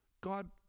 God